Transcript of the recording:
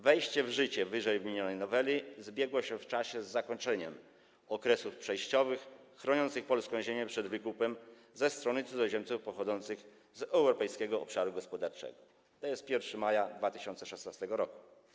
Wejście w życie ww. noweli zbiegło się w czasie z zakończeniem okresów przejściowych chroniących polską ziemię przed wykupem ze strony cudzoziemców pochodzących z Europejskiego Obszaru Gospodarczego, tj. 1 maja 2016 r.